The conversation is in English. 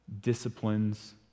disciplines